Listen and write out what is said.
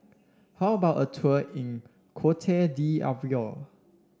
how about a tour in Cote d'Ivoire